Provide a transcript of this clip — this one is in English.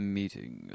Meeting